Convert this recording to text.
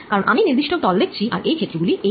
কারণ আমি নির্দিষ্ট তল দেখছি আর এই ক্ষেত্রগুলি এই তলে